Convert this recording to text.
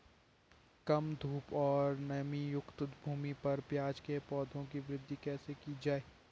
कम धूप और नमीयुक्त भूमि पर प्याज़ के पौधों की वृद्धि कैसे की जाए?